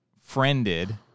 friended